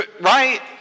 Right